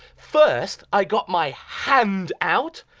first i got my hand out.